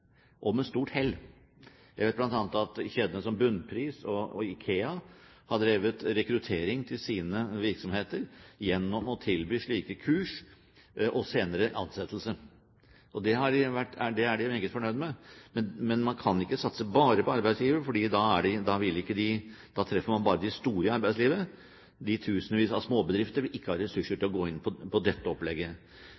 og med stort hell. Jeg vet at bl.a. kjeder som Bunnpris og IKEA har drevet rekruttering til sine virksomheter gjennom å tilby slike kurs og senere ansettelse. Det er de meget fornøyd med, men man kan ikke satse bare på arbeidsgivere, for da treffer man bare de store i arbeidslivet. De tusenvis av småbedrifter vil ikke ha ressurser